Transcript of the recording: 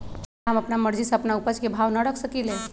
का हम अपना मर्जी से अपना उपज के भाव न रख सकींले?